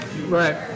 right